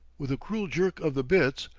with a cruel jerk of the bits,